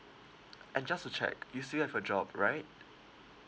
and just to check you still have your job right